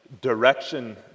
direction